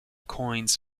coins